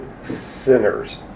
sinners